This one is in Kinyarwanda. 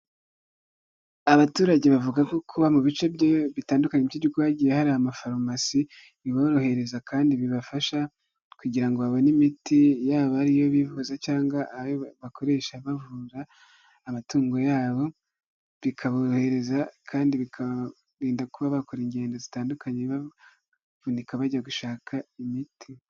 Abaturage bavuga ko kuba mu bice bitandukanye by'igihugu hagiye hari amafarumasi biborohereza kandi bibafasha kugira ngo babone imiti yaba ari iyo bivuza cyangwa iyo bakoresha bavura amatungo yabo, bikaborohereza kandi bikabarinda kuba bakora ingendo zitandukanye bavunika bajya gushaka imiti.